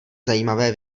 zajímavé